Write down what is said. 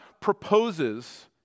proposes